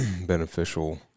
beneficial